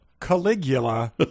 Caligula